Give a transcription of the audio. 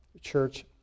church